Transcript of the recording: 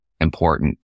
important